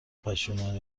پشتیبان